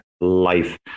life